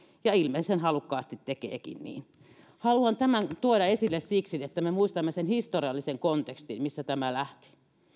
ja ilmeisen halukkaasti tekeekin niin haluan tämän tuoda esille siksi että me muistamme sen historiallisen kontekstin mistä tämä lähti